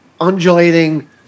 undulating